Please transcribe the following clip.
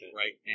right